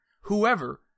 Whoever